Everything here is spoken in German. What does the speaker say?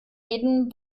reden